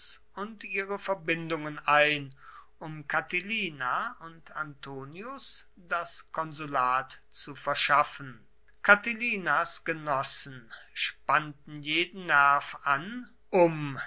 und ihre verbindungen ein um catilina und antonius das konsulat zu verschaffen catilinas genossen spannten jeden nerv an um